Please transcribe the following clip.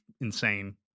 insane